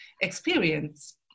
experience